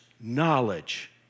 knowledge